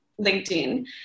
LinkedIn